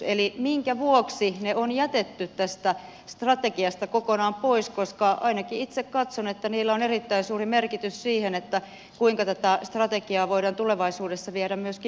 eli minkä vuoksi ne on jätetty tästä strategiasta kokonaan pois koska ainakin itse katson että niillä on erittäin suuri merkitys siinä kuinka tätä strategiaa voidaan tulevaisuudessa viedä myöskin eteenpäin